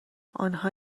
آنها